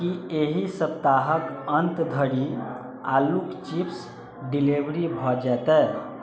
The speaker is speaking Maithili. की एहि सप्ताहक अन्त धरि आलूक चिप्स डिलीवर भए जेतै